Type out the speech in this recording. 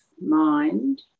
mind